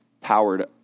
powered